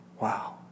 Wow